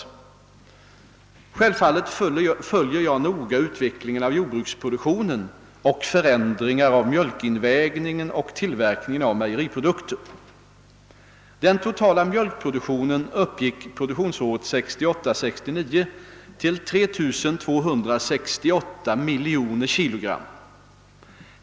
Självfallet följer jag noga utvecklingen av jordbruksproduktionen och förändringar av mjölkinvägningen och tillverkningen av mejeriprodukter. Den totala mjölkproduktionen uppgick produktionsåret 1968/69 till 3 268 miljoner kg.